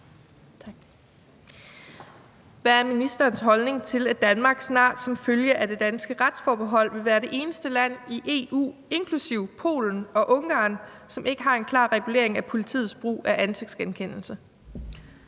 Hvad er ministerens holdning til, at Danmark snart som følge af det danske retsforbehold vil være det eneste land i EU inklusive Polen og Ungarn, som ikke har en klar regulering af politiets brug af ansigtsgenkendelse?